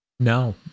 No